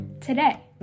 today